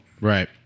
Right